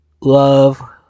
love